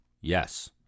Yes